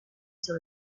sur